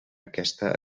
aquesta